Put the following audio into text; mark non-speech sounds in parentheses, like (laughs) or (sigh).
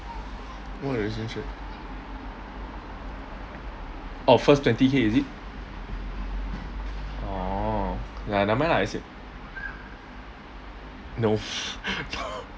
orh first twenty K is it orh !aiya! never mind lah is~ no (laughs)